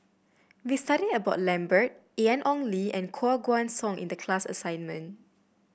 we studied about Lambert Ian Ong Li and Koh Guan Song in the class assignment